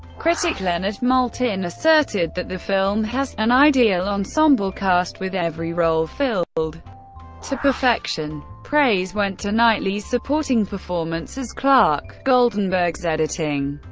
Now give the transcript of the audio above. critic leonard maltin asserted that the film has an ideal ensemble cast with every role filled to perfection. praise went to knightley's supporting performance as clarke, goldenberg's editing,